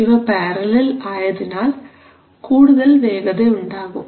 ഇവ പാരലൽ ആയതിനാൽ കൂടുതൽ വേഗത ഉണ്ടാകും